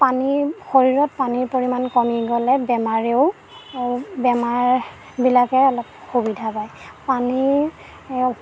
পানীৰ শৰীৰত পানীৰ পৰিমাণ কমি গ'লে বেমাৰেও বেমাৰবিলাকে অলপ সুবিধা পায় পানীৰ